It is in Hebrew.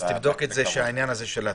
תבדוק את זה, את העניין של התושב.